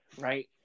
right